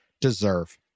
deserve